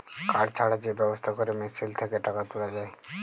card ছাড়া যে ব্যবস্থা ক্যরে মেশিল থ্যাকে টাকা তুলা যায়